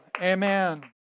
Amen